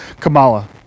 Kamala